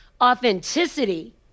authenticity